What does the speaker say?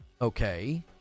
Okay